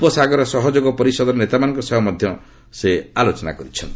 ଉପସାଗର ସହଯୋଗ ପରିଷଦର ନେତାମାନଙ୍କ ସହ ମଧ୍ୟ ଆଲୋଚନା କରିଛନ୍ତି